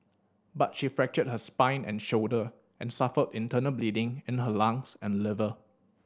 but she fractured her spine and shoulder and suffered internal bleeding in her lungs and liver